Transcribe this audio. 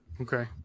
Okay